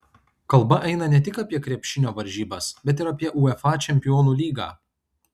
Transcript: kalba eina ne tik apie krepšinio varžybas bet ir apie uefa čempionų lygą